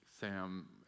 Sam